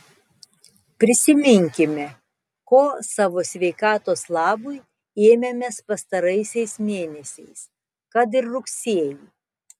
prisiminkime ko savo sveikatos labui ėmėmės pastaraisiais mėnesiais kad ir rugsėjį